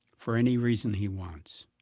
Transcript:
for any reason he wants.